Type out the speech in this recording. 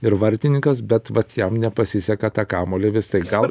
ir vartininkas bet vat jam nepasiseka tą kamuolį vis tai gaut